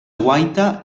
guaita